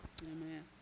Amen